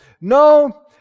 no